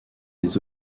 des